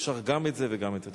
אפשר גם את זה וגם את זה.